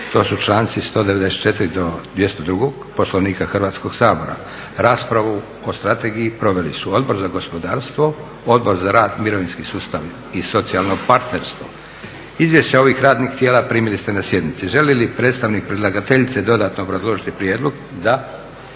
to su članci 194. do 202. Poslovnika Hrvatskog sabora. Raspravu o strategiji proveli su Odbor za gospodarstvo, Odbora za rad, mirovinski sustav i socijalno partnerstvo. Izvješća ovih radnih tijela primili ste na sjednici. Želi li predstavnik predlagateljice dodatno obrazložiti prijedlog? Da.